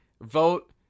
vote